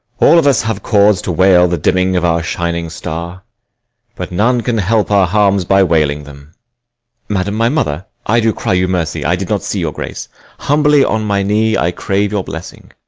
all of us have cause to wail the dimming of our shining star but none can help our harms by wailing them madam, my mother, i do cry you mercy i did not see your grace humbly on my knee i crave your blessing.